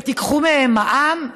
ותיקחו מהם מע"מ?